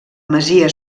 masia